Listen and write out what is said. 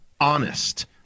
honest